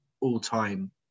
all-time